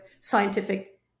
scientific